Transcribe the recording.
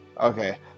Okay